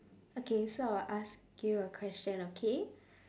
okay so I will ask you a question okay